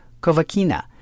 Kovakina